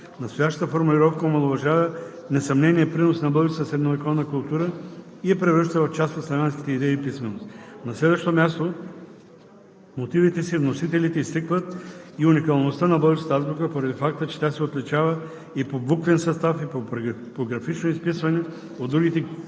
Настоящата формулировка омаловажава несъмнения принос на българската средновековна култура и я превръща в част от славянските идеи и писменост. На следващо място в мотивите си вносителите изтъкват и уникалността на българската азбука, поради факта че тя се отличава и по буквен състав, и по графично изписване от другите кирилски